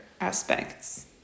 aspects